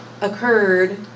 occurred